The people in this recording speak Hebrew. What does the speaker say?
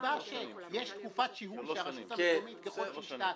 נקבע שיש תקופת שיהוי שהרשות המקומית --- כמה?